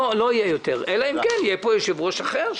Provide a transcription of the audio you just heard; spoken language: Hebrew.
יהיה יותר אלא אם כן יהיה פה יושב-ראש אחר.